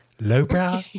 Lowbrow